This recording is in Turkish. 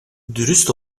dürüst